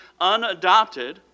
unadopted